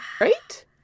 right